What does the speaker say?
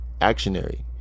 actionary